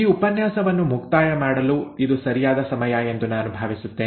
ಈ ಉಪನ್ಯಾಸವನ್ನು ಮುಕ್ತಾಯ ಮಾಡಲು ಇದು ಸರಿಯಾದ ಸಮಯ ಎಂದು ನಾನು ಭಾವಿಸುತ್ತೇನೆ